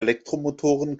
elektromotoren